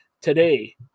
Today